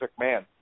McMahon